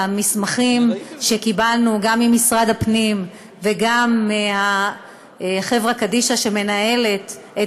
המסמכים שקיבלנו גם ממשרד הפנים וגם מחברה קדישא שמנהלת את